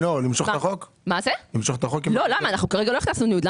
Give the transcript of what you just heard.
כרגע לא הכנסנו ניוד.